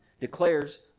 declares